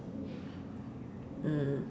mm